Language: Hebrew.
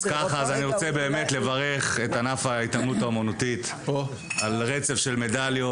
רוצה לברך את ענף ההתעמלות האומנותית על רצף מדליות